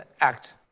act